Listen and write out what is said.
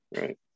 Right